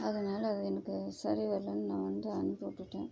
அதனால் அது எனக்கு சரி வரலன்னு நான் வந்து அனுப்பிவிட்டுட்டேன்